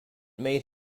made